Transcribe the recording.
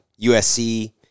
USC